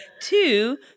two